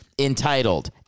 entitled